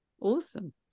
awesome